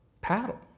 paddle